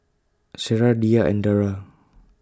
Sarah Dhia and Dara